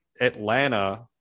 Atlanta